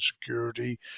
security